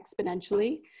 exponentially